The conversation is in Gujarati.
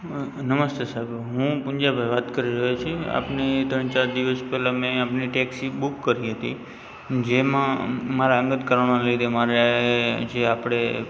નમસ્તે સાહેબ હું પુંજાભઈ વાત કરી રહ્યો છું આપની ત્રણ ચાર દિવસ પહેલાં મેં આપની ટૅક્ષી બૂક કરી હતી જેમાં મારા અંગત કારણોને લીધે જે મારે જે આપણે